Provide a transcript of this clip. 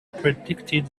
predicted